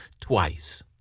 twice